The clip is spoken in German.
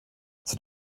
seit